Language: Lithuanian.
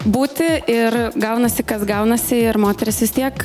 būti ir gaunasi kas gaunasi ir moteris vis tiek